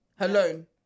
Alone